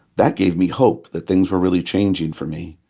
that gave me hope that things were really changing for me.